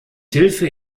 hilfe